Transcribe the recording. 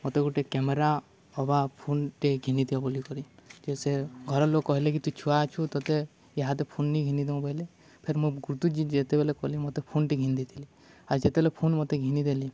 ମୋତେ ଗୋଟେ କ୍ୟାମେରା ଅବା ଫୋନ୍ଟେ ଘିନି ଦିଅ ବୋଲିିକରି ଯେ ସେ ଘର ଲୋକ କହିଲେ କି ତୁ ଛୁଆ ଅଛୁ ତତେ ଇହାଦେ ଫୋନ୍ ଘିିନି ଦମୁ ବୋଇଲେ ଫେର୍ ମୋ ଯେତବେଳେ କଲି ମୋତେ ଫୋନ୍ଟି ଘିନ୍ ଦେଇଥିଲି ଆଉ ଯେତେବେଳେ ଫୋନ୍ ମୋତେ ଘିିନି ଦେଲି